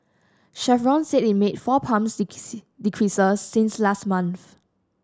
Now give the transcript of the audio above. Chevron said it made four pump decreases since last month